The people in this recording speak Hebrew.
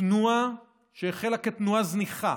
תנועה שהחלה כתנועה זניחה,